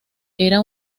era